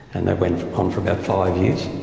and that went on for about five years.